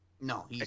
No